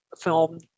film